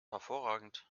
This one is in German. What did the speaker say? hervorragend